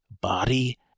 body